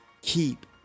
keep